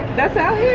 that's out